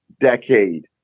decade